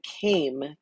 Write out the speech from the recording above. came